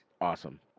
Awesome